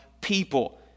people